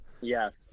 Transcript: yes